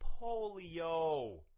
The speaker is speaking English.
Polio